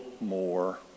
more